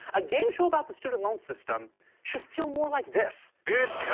a game show about the student loan system should feel more like this. it's